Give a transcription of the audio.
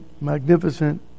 magnificent